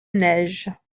neige